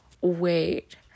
wait